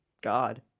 god